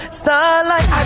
starlight